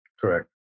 Correct